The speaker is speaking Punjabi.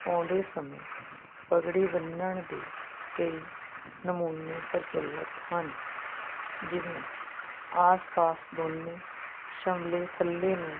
ਪਾਉਂਦੇ ਸਮੇਂ ਪਗੜੀ ਬੰਨਣ ਦੇ ਕਈ ਨਮੂਨੇ ਪ੍ਰਚਲਿਤ ਹਨ ਜਿਵੇਂ ਆਸ ਪਾਸ ਦੋਨੇ ਸ਼ਮਲੇ ਥੱਲੇ ਨੂੰ